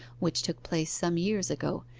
which took place some years ago,